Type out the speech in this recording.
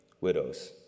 widows